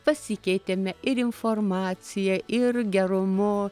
pasikeitėme ir informacija ir gerumu